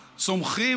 לסיכוי,